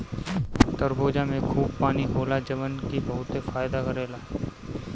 तरबूजा में खूब पानी होला जवन की बहुते फायदा करेला